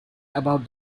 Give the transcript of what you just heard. about